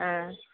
ஆ